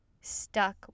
stuck